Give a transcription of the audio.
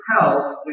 health